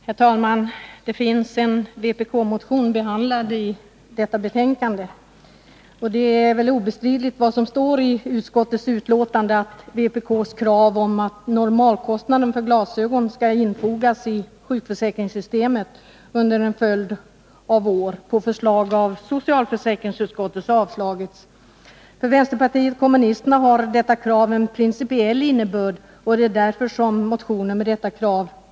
Herr talman! Också en vpk-motion finns behandlad i detta betänkande, och vad som står i utskottets skrivning är väl obestridligt. Vpk:s krav på att normalkostnaderna för anskaffande av glasögon skall infogas i sjukförsäkringssystemet har under en följd av år avslagits på förslag av socialförsäkringsutskottet. För vänsterpartiet kommunisterna har detta krav en principiell innebörd, och det är därför som vi återkommer med motioner i frågan.